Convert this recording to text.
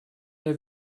der